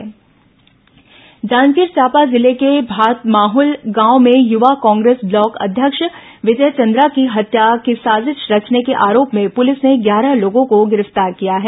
हत्या साजिश गिरफ्तार जांजगीर चांपा जिले के भातमाहल गांव में युवा कांग्रेस ब्लॉक अध्यक्ष विजय चंद्रा की हत्या की साजिश रचने के आरोप में पुलिस ने ग्यारह लोगों को गिरफ्तार किया है